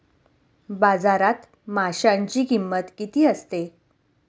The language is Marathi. बाजारात माशांची किंमत किती असते?